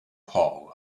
paul